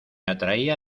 atraía